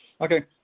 Okay